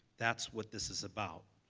that's what this is about.